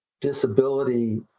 disability